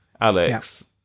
Alex